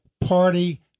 party